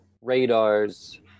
radars